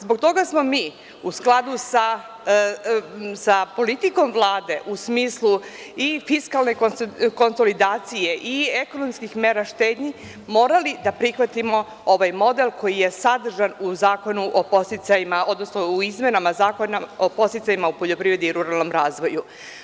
Zbog toga smo mi, u skladu sa politikom Vlade, u smislu i fiskalne konsolidacije i ekonomskih mera štednji, morali da prihvatimo ovaj model koji je sadržan u Zakonu o podsticajima, odnosno u izmenama Zakona o podsticajima u poljoprivredi i ruralnom razvoju.